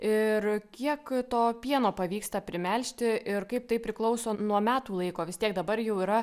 ir kiek to pieno pavyksta primelžti ir kaip tai priklauso nuo metų laiko vis tiek dabar jau yra